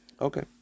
Okay